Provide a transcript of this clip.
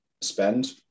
spend